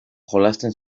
jolasten